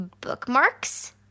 Bookmarks